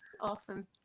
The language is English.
awesome